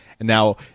Now